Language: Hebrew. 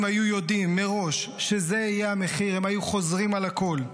היו יודעים מראש שזה יהיה המחיר הם היו חוזרים על הכול,